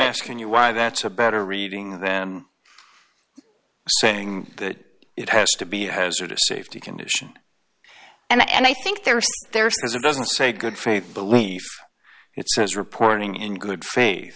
asking you why that's a better reading then saying that it has to be hazardous safety condition and i think there are there is it doesn't say good faith belief it says reporting in good faith